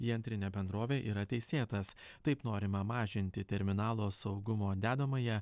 į antrinę bendrovę yra teisėtas taip norima mažinti terminalo saugumo dedamąją